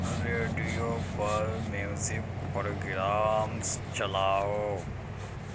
radio پر music programmes چلاؤ